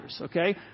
okay